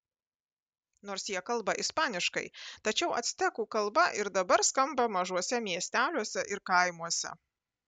nors jie kalba ispaniškai tačiau actekų kalba ir dabar skamba mažuose miesteliuose ir kaimuose